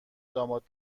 داماد